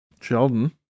Sheldon